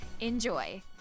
Enjoy